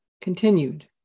Continued